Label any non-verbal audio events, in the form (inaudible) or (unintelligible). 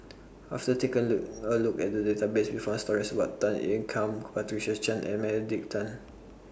after taking A (unintelligible) A Look At The Database We found stories about Tan Ean Kiam Patricia Chan and Benedict Tan